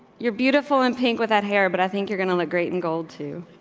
you're beautiful and pink with that hair, but i think you're gonna look great in gold too.